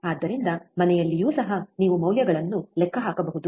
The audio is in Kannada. ಆದ್ದರಿಂದ ಮನೆಯಲ್ಲಿಯೂ ಸಹ ನೀವು ಮೌಲ್ಯಗಳನ್ನು ಲೆಕ್ಕ ಹಾಕಬಹುದು